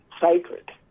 sacred